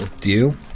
deal